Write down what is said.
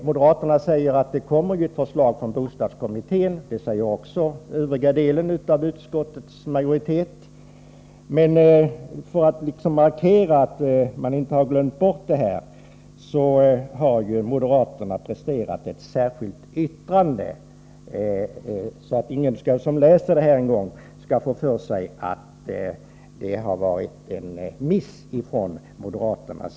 Moderaterna säger att det skall komma ett förslag från bostadskommittén; det säger också företrädarna för den övriga delen av utskottets majoritet. För att markera att de inte har glömt bort detta har moderaterna presterat ett särskilt yttrande. Då skall ingen som läser detta en gång få för sig att det var en miss från moderaterna.